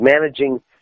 managing